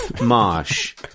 marsh